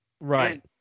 right